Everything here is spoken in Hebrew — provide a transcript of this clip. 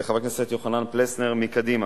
וחבר הכנסת יוחנן פלסנר מקדימה.